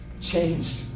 changed